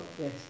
Yes